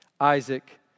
Isaac